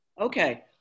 Okay